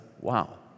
Wow